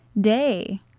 day